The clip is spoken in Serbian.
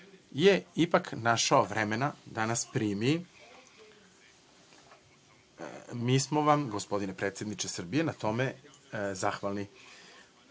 je ipak našao vremena da nas primi. Mi smo vam gospodine predsedniče Srbije na tome